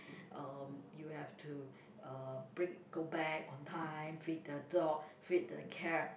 um you have to uh bring go back on time feed the dog feed the cat